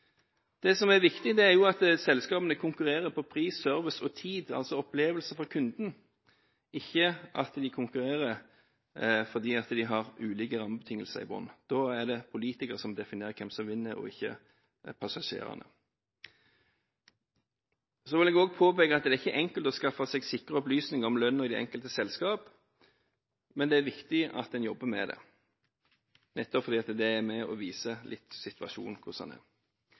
selskapene konkurrerer på pris, service og tid, altså opplevelse for kunden, ikke at de konkurrerer fordi de har ulike rammebetingelser i bunnen. Da er det politikerne som definerer hvem som vinner, og ikke passasjerene. Så vil jeg også påpeke at det er ikke enkelt å skaffe seg sikre opplysninger om lønn i det enkelte selskap. Men det er viktig at en jobber med det, nettopp fordi det er med på å vise litt av hvordan situasjonen er.